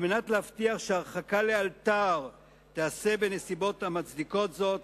על מנת להבטיח שהרחקה לאלתר תיעשה בנסיבות המצדיקות זאת,